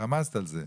דיברת על זה,